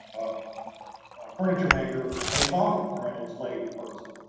a furniture maker, a coffin for an enslaved person.